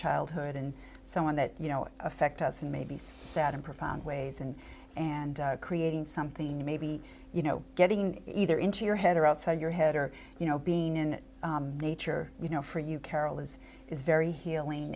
childhood and so on that you know affect us and maybe sad in profound ways and and creating something maybe you know getting either into your head or outside your head or you know being in nature you know for you carol is is very healing